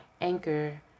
Anchor